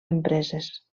empreses